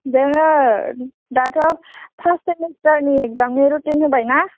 दङ दाथ' फार्स्ट सेमिस्थारनि एगजामनि रुथिन होबायना